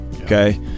okay